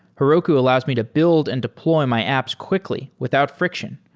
heroku allows me to build and deploy my apps quickly without friction.